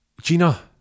Gina